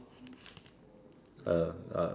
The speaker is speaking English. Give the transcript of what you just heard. uh